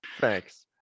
Thanks